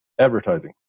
advertising